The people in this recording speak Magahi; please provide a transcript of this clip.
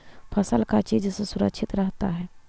फसल का चीज से सुरक्षित रहता है?